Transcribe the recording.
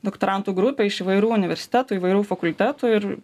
doktorantų grupė iš įvairių universitetų įvairių fakultetų ir